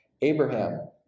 Abraham